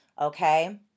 okay